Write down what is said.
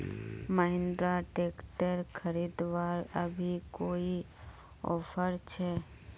Mahindra tractor खरीदवार अभी कोई ऑफर छे?